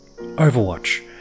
Overwatch